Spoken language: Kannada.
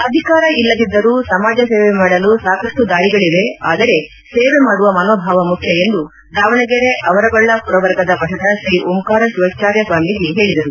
ಅಧಿಕಾರ ಇಲ್ಲದಿದ್ದರೂ ಸಮಾಜ ಸೇವೆ ಮಾಡಲು ಸಾಕಷ್ಟು ದಾರಿಗಳಿವೆ ಆದರೆ ಸೇವೆ ಮಾಡುವ ಮನೋಭಾವ ಮುಖ್ಯ ಎಂದು ದಾವಣಗೆರೆ ಆವರಗೊಳ್ಳ ಪುರವರ್ಗದ ಮಠದ ಶ್ರೀ ಓಂಕಾರ ಶಿವಾಚಾರ್ಯ ಸ್ವಾಮೀಜಿ ಹೇಳಿದರು